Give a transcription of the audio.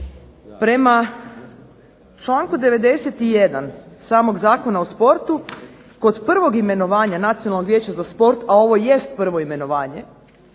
Prema članku 91. samog Zakona o sportu kod prvog imenovanja Nacionalnog vijeća za sport, a ovo jest prvo imenovanje,